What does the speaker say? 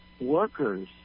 workers